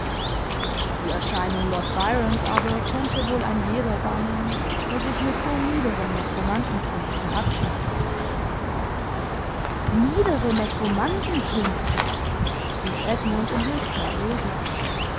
die erscheinung lord byrons aber konnte wohl ein jeder bannen der sich mit so niederen nekromantenkünsten abgibt niedere nekromantenkünste rief edmund in höchster erregung